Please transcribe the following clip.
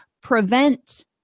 prevent